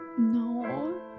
No